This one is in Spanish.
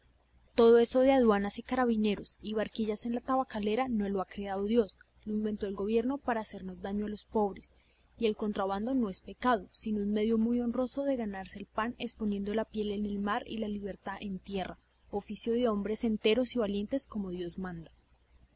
todo eso de aduanas y carabineros y barquillas de la tabacalera no lo ha creado dios lo inventó el gobierno para hacernos daño a los pobres y el contrabando no es pecado sino un medio muy honroso de ganarse el pan exponiendo la piel en el mar y la libertad en tierra oficio de hombres enteros y valientes como dios manda